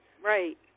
Right